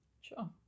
Sure